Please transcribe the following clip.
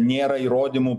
nėra įrodymų